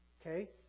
okay